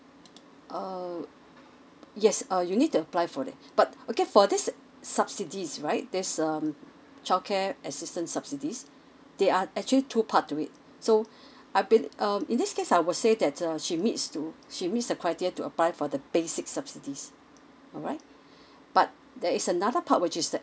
uh yes uh you need to apply for it but okay for this subsidies right this um childcare assistance subsidies there are actually two part to it so I've been um in this case I would say that uh she missed to she missed the criteria to apply for the basic subsidies alright but there is another part which is the